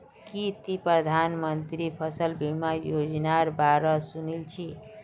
की ती प्रधानमंत्री फसल बीमा योजनार बा र सुनील छि